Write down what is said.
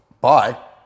Bye